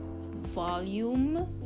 volume